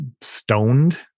stoned